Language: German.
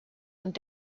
und